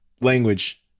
language